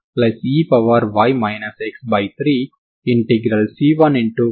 నేను ఉత్పన్నాన్ని కనుగొనాలనుకున్నప్పుడు ux